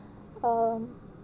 um